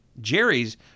Jerry's